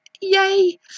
yay